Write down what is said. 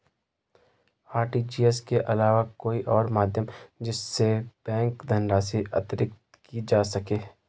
RTGS के अलावा कोई और माध्यम जिससे बैंक धनराशि अंतरित की जा सके?